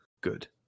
good